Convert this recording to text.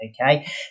okay